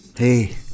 Hey